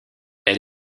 elle